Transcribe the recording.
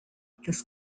this